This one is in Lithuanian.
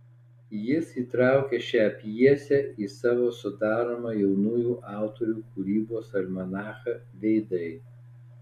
jis įtraukė šią pjesę į savo sudaromą jaunųjų autorių kūrybos almanachą veidai